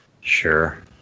Sure